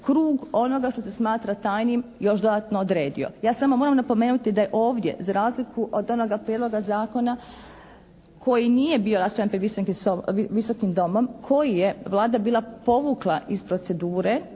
krug onoga što se smatra tajnim još dodatno odredio. Ja samo moram napomenuti da je ovdje za razliku od onoga prijedloga zakona koji nije bio raspravljan pred Visokim domom, koji je Vlada bila povukla iz procedure